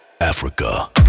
Africa